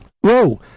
whoa